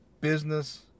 business